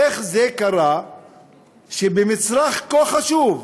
איך זה קרה שבמצרך כה חשוב,